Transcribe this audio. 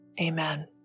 amen